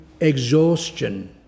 exhaustion